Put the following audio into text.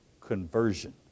conversion